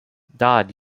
dodd